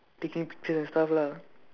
taking pictures and stuff lah